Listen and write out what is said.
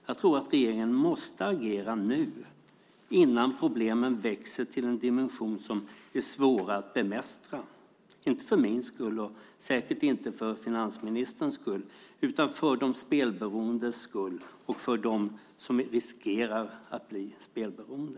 Jag tror att regeringen måste agera nu, innan problemen växer till en dimension som är svår att bemästra. Det är inte för min skull, och säkert inte för finansministerns skull, utan för de spelberoendes skull och för deras skull som riskerar att bli spelberoende.